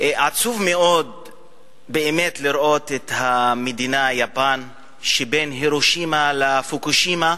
עצוב מאוד באמת לראות את המדינה יפן שבין הירושימה לפוקושימה.